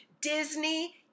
Disney